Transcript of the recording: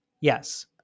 Yes